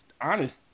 honest